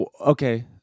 okay